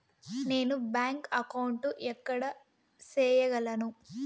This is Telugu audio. నేను బ్యాంక్ అకౌంటు ఎక్కడ సేయగలను